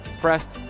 Pressed